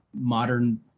modern